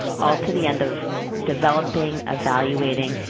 all to the end of developing, evaluating,